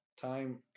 time